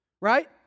Right